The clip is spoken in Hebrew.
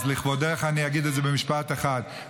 אז לכבודך אני אגיד את זה במשפט אחד: